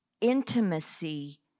intimacy